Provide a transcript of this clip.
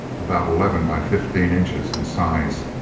about eleven by fifteen inches in size,